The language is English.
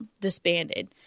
disbanded